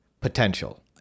Potential